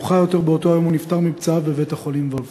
מאוחר יותר באותו יום הוא נפטר מפצעיו בבית-החולים וולפסון.